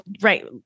right